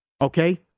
Okay